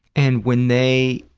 and when they,